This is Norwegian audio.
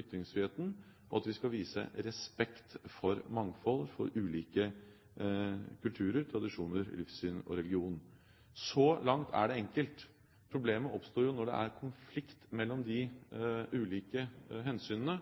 ytringsfriheten, og at vi skal vise respekt for mangfold, for ulike kulturer, tradisjoner, livssyn og religion. Så langt er det enkelt. Problemet oppstår jo når det er konflikt mellom de ulike hensynene